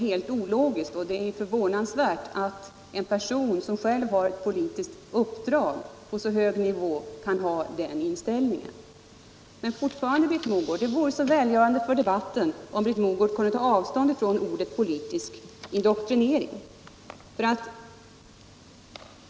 Det är förvånansvärt att en person som själv har ett politiskt uppdrag på så hög nivå kan ha den inställningen. Det vore välgörande för debatten om Britt Mogård kunde ta avstånd från orden ”politisk indoktrinering”.